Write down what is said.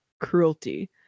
cruelty